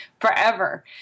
forever